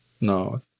No